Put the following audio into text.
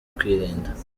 kwirinda